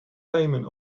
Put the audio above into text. payment